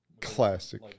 Classic